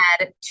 add